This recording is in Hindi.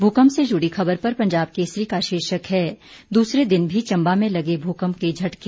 भूकंप से जुड़ी ख़बर पर पंजाब केसरी का शीर्षक है दूसरे दिन भी चम्बा में लगे भूकंप के झटके